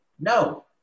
No